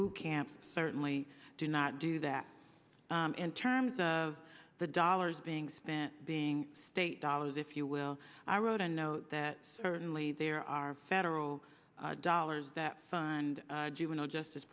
boot camp certainly do not do that in terms of the dollars being spent being state dollars if you will i wrote a note that certainly there are federal dollars that fund juvenile justice